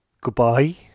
goodbye